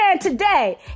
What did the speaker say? today